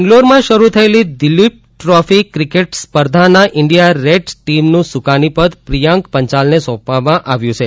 બેંગ્લોરમાં શરૂ થયેલી દુલીપ ટ્રોફી ક્રિકેટ સ્પર્ધાના ઇન્ડિયા રેડ ટીમનું સૂકાનીપદ પ્રિયાંક પંચાલને સોંપવામાં આવ્યું છે